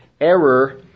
error